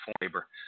labor